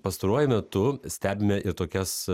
pastaruoju metu stebime ir tokias